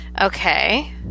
okay